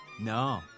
No